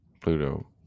Pluto